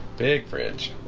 big fridge